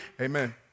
amen